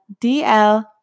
DL